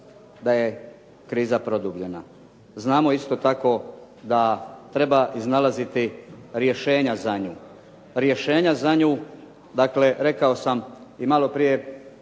da je kriza produbljena. Znamo isto tako da treba iznalaziti rješenja za nju. Rješenja za nju, dakle rekao sam i malo prije,